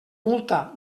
multa